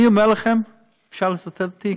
אני אומר לכם כאן במליאה, אפשר לצטט אותי,